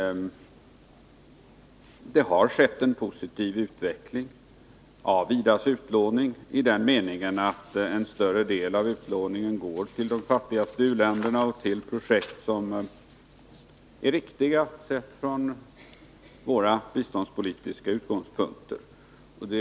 Det har skett en positiv utveckling av IDA:s utlåning i den meningen att en större del av utlåningen går till de fattigaste u-länderna och till projekt som är viktiga från våra biståndspolitiska utgångspunkter sett.